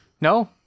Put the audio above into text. No